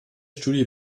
studie